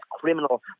criminal